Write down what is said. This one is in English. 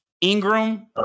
Ingram